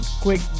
Quick